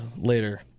later